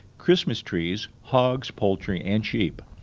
christmas trees, hogs, poultry and sheep.